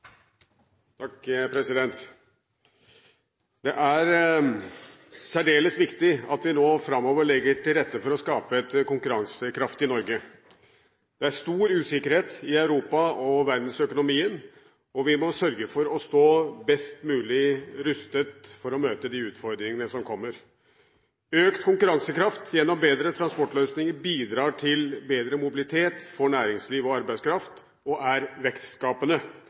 i økonomien i Europa, og i verdensøkonomien, og vi må sørge for å stå best mulig rustet for å møte de utfordringene som kommer. Økt konkurransekraft gjennom bedre transportløsninger bidrar til bedre mobilitet for næringsliv og arbeidskraft, og er vekstskapende.